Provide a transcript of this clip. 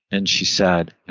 and she said,